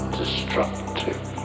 destructive